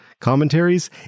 commentaries